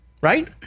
right